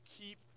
keep